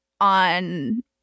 on